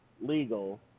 legal